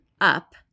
up